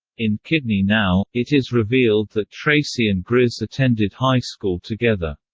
in kidney now! it is revealed that tracy and grizz attended high school together.